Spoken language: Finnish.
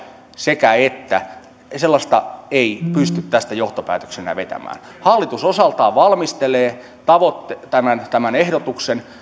sekä että ei pysty tästä johtopäätöksenä vetämään hallitus osaltaan valmistelee tämän tämän ehdotuksen